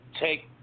take